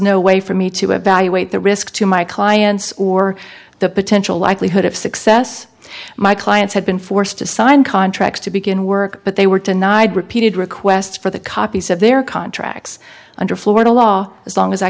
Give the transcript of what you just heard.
no way for me to evaluate the risk to my clients or the potential likelihood of success my clients have been forced to sign contracts to begin work but they were denied repeated requests for the copies of their contracts under florida law as long as i